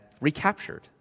recaptured